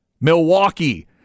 Milwaukee